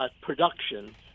production